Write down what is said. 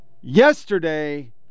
yesterday